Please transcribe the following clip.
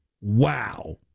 Wow